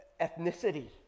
ethnicity